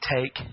take